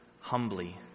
Humbly